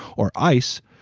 or ice,